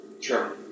Sure